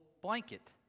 blanket